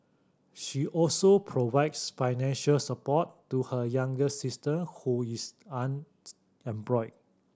she also provides financial support to her younger sister who is unemployed